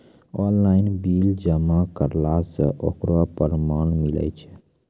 Online bill जमा करला से ओकरौ परमान मिलै छै?